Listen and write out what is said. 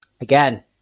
Again